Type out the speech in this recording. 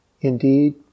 Indeed